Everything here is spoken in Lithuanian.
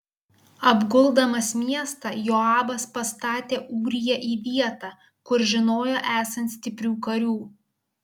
apguldamas miestą joabas pastatė ūriją į vietą kur žinojo esant stiprių karių